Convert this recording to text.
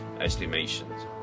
estimations